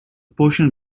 portion